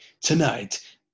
tonight